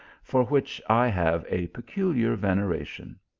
for which i have a peculiar veneration.